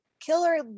killer